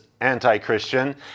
anti-Christian